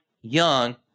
young